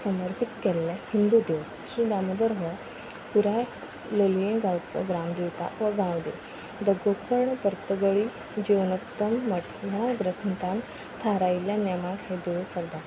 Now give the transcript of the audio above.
समर्पीत केल्लें हिंदू देवूळ श्री दामोदर हो पुराय लोलये गांवचो ग्रामदेवता वा गांवदेव द गोकर्ण पर्तगळी जिवनोत्तम मठ ह्या ग्रंथान थारायल्ल्या नेमाक हें देवूळ चलता